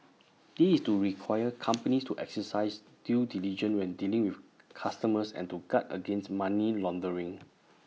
this is to require companies to exercise due diligence when dealing with customers and to guard against money laundering